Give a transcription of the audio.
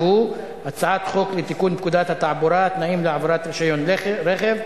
שהוא הצעת חוק לתיקון פקודת התעבורה (התנאים להעברת רשיון רכב),